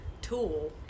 tool